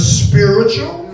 spiritual